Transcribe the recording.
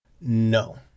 No